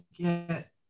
get